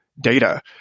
data